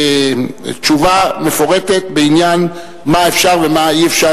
תשובה מפורטת בעניין מה אפשר ומה אי-אפשר.